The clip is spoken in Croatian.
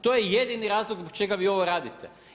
To je jedini razlog zbog čega vi ovo radite.